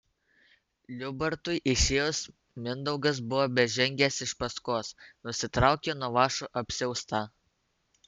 liubartui išėjus mindaugas buvo bežengiąs iš paskos nusitraukė nuo vąšo apsiaustą